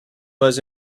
was